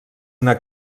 una